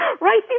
right